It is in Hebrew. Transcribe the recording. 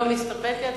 לא מסתפקת.